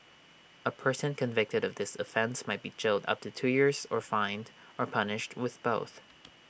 A person convicted of this offence may be jailed up to two years or fined or punished with both